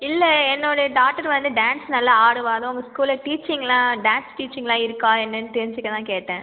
இல்லை என்னுடைய டாட்டர் வந்து டான்ஸ் நல்லா ஆடுவா அதான் உங்கள் ஸ்கூலில் டீச்சிங்க்லாம் டான்ஸ் டீச்சிங்க்லாம் இருக்கா என்னென்னு தெரிந்துக்கதான் கேட்டேன்